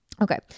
Okay